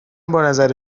نظر